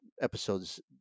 episodes